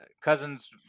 Cousins